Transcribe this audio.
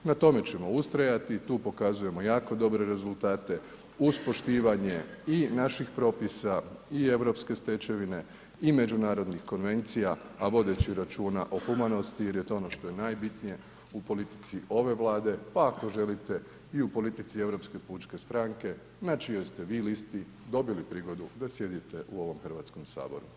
Na tome ćemo ustrajati i tu pokazujemo jako dobre rezultate, uz poštivanje naših propisa i europske stečevine i međunarodnih konvencija, a vodeći računa o humanosti jer je to ono što je najbitnije u politici ove Vlade, pa ako želite i u politici Europske pučke stranke, na čijoj ste vi listi dobili prigodu da sjedite u ovom HS-u.